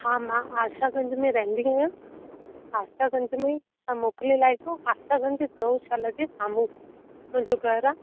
हा मां आशागंज में रहंदी आहियां आशा गंज में तव्हां मोकिले लाइजो आशागंज गौशाला जे साम्हूं मुंहिंजो घरु आहे